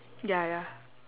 ya ya